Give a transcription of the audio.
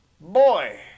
Boy